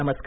नमस्कार